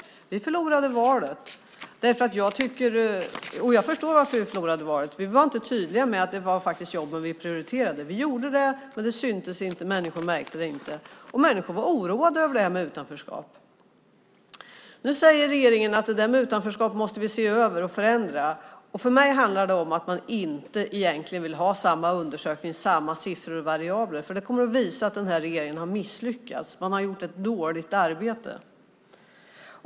Vi förlorade valet. Jag förstår varför vi förlorade valet. Vi var inte tydliga med att vi prioriterade jobben. Vi gjorde det, men det syntes inte och människor märkte det inte. Människor var oroade över detta med utanförskap. Nu säger regeringen: Vi måste se över och förändra detta med utanförskap. För mig handlar det om att man egentligen inte vill ha samma undersökning och samma siffervariabler. Det kommer att visa att regeringen har misslyckats och gjort ett dåligt arbete.